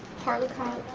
partly cloudy,